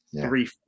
three